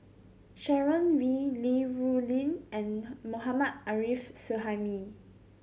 Sharon Wee Li Rulin and Mohammad Arif Suhaimi